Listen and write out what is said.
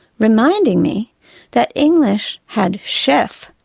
reminding me that english had chef,